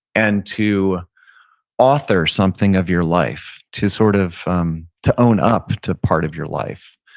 and to author something of your life, to sort of um to own up to part of your life.